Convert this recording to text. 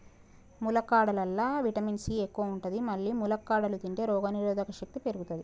ములక్కాడలల్లా vitamin C ఎక్కువ ఉంటది మల్లి ములక్కాడలు తింటే రోగనిరోధక శక్తి పెరుగుతది